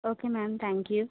okay ma'am thank you